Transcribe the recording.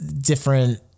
different